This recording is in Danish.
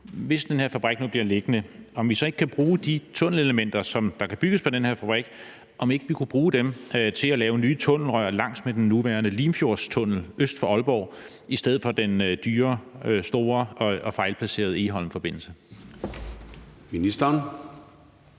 hvis den her fabrik nu bliver liggende, vil undersøge, om vi så ikke kan bruge de tunnelelementer, som kan bygges på den her fabrik, til at lave nye tunnelrør langs med den nuværende Limfjordstunnel øst for Aalborg i stedet for at lave den dyre, store og fejlplacerede Egholmlinje.